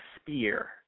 spear